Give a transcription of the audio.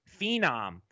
phenom